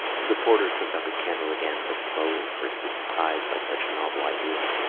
the porter took up his candle again, but slowly, for he was surprised by such a novel idea.